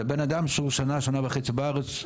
ובן אדם שהוא שנה-שנה וחצי בארץ,